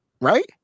Right